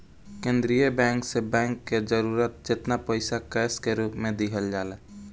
केंद्रीय बैंक से बैंक के जरूरत जेतना पईसा कैश के रूप में दिहल जाला